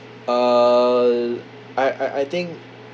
uh I I I think